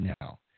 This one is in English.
now